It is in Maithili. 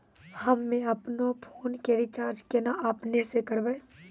हम्मे आपनौ फोन के रीचार्ज केना आपनौ से करवै?